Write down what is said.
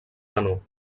menor